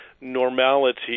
normality